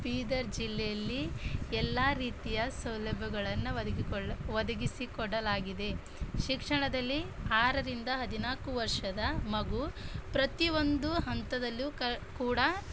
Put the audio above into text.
ಬೀದರ್ ಜಿಲ್ಲೆಯಲ್ಲಿ ಎಲ್ಲ ರೀತಿಯ ಸೌಲಭ್ಯಗಳನ್ನು ಒದಗಿಸ್ಕೊಳ್ಳ ಒದಗಿಸಿ ಕೊಡಲಾಗಿದೆ ಶಿಕ್ಷಣದಲ್ಲಿ ಆರರಿಂದ ಹದಿನಾಲ್ಕು ವರ್ಷದ ಮಗು ಪ್ರತಿಯೊಂದು ಹಂತದಲ್ಲೂ ಕ ಕೂಡ